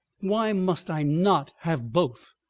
why must i not have both?